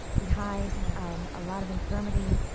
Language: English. we hide um a lot of infirmity,